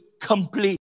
complete